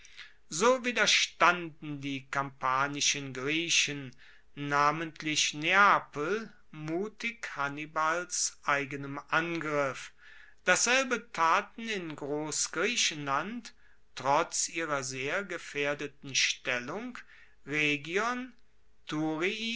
so widerstanden die kampanischen griechen namentlich neapel mutig hannibals eigenem angriff dasselbe taten in grossgriechenland trotz ihrer sehr gefaehrdeten stellung rhegion